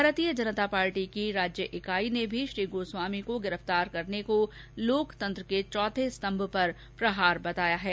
भारतीय जनता पार्टी की राज्य इकाई ने भी श्री गोस्वामी को गिरफ्तार करने को लोकतंत्र के चौथे स्तंभ पर प्रहार बताया है